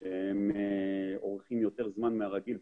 חריגים שאורכים יותר זמן מהרגיל.